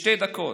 בשתי דקות.